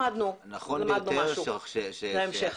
למדנו משהו להמשך.